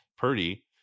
Purdy